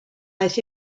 aeth